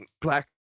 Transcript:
Black